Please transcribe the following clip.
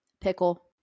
Pickle